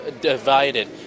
divided